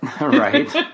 right